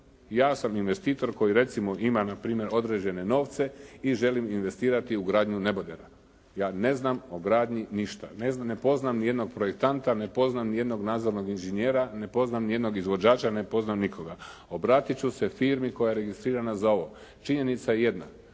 Ja sam investitor koji recimo ima npr. određene novce i želim investirati u gradnju nebodera. Ja ne znam o gradnji ništa, ne poznam nijednog projektanta, ne poznam nijednog nadzornog inženjera, ne poznam nijednog izvođača, ne poznam nikoga. Obratit ću se firmi koja je registrirana za ovo. Činjenica je jedna,